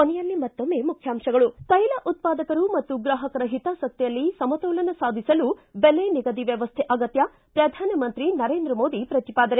ಕೊನೆಯಲ್ಲಿ ಮತ್ತೊಮ್ಮೆ ಮುಖ್ಯಾಂಶಗಳು ಿ ತೈಲ ಉತ್ಪಾದಕರು ಮತ್ತು ಗ್ರಾಹಕರ ಹಿತಾಸಕ್ತಿಯಲ್ಲಿ ಸಮತೋಲನ ಸಾಧಿಸಲು ಬೆಲೆ ನಿಗದಿ ವ್ಯವಸ್ಥೆ ಅಗತ್ಕ ಪ್ರಧಾನಮಂತ್ರಿ ನರೇಂದ್ರ ಮೋದಿ ಪ್ರತಿಪಾದನೆ